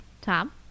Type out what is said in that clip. Tom